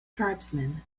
tribesmen